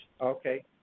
Okay